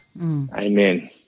Amen